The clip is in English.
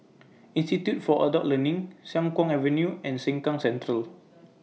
Institute For Adult Learning Siang Kuang Avenue and Sengkang Central